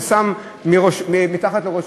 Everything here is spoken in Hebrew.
הוא לקח אבנים ושם מתחת לראשו.